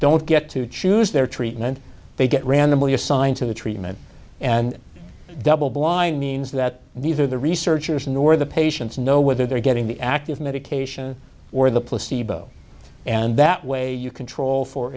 don't get to choose their treatment they get randomly assigned to the treatment and double blind means that these are the researchers nor the patients know whether they're getting the active medication or the placebo and that way you control for